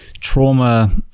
trauma